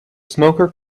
smoker